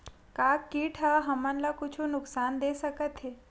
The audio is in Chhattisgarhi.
का कीट ह हमन ला कुछु नुकसान दे सकत हे?